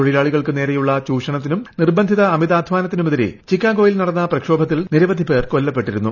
തൊഴിലാളികൾക്കു നേരെയുള്ള ചൂഷണത്തിനും നിർബന്ധിത അമിതാദ്ധ്വാനത്തിനുമെതിരെ ചിക്കാഗോയിൽ നടന്ന പ്രക്ഷോഭത്തിൽ നിരവധി പേർ കൊല്ലപ്പെട്ടിരുന്നു